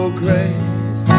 grace